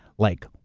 like,